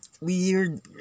weird